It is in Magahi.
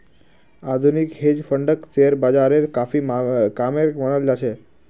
आधुनिक हेज फंडक शेयर बाजारेर काफी कामेर मनाल जा छे